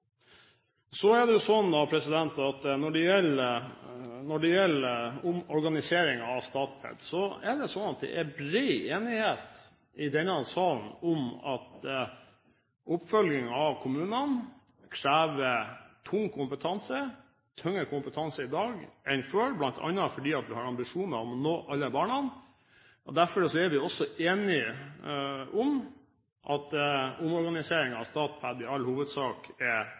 Når det gjelder omorganiseringen av Statped, er det slik at det er bred enighet i denne salen om at oppfølging av kommunene krever tung kompetanse – tyngre kompetanse i dag enn før – bl.a. fordi vi har ambisjoner om å nå alle barna. Derfor er vi også enige om at omorganiseringen av Statped i all hovedsak er